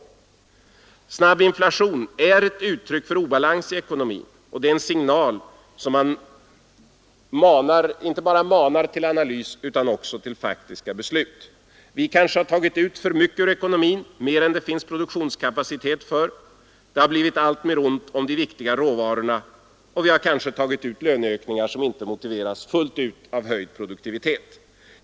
Snabb inflation är ett uttryck för obalans i ekonomin. Det är en signal som inte bara manar till analys utan också till faktiska beslut. Vi kanske har dragit ut för mycket ur ekonomin, mer än det finns produktionskapacitet för. Det har blivit alltmer ont om viktiga råvaror och vi har kanske tagit ut löneökningar som inte motsvaras fullt ut av höjd produktivitet.